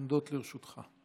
עומדות לרשותך.